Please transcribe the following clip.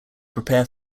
prepare